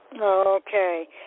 Okay